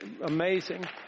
amazing